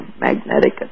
magnetic